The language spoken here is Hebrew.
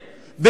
כן.